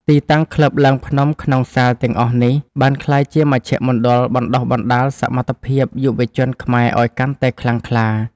ទីតាំងក្លឹបឡើងភ្នំក្នុងសាលទាំងអស់នេះ បានក្លាយជាមជ្ឈមណ្ឌលបណ្ដុះបណ្ដាលសមត្ថភាពយុវជនខ្មែរឱ្យកាន់តែខ្លាំងក្លា។